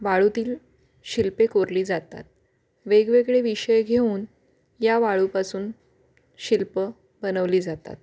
वाळूतील शिल्पे कोरली जातात वेगवेगळे विषय घेऊन या वाळूपासून शिल्प बनवली जातात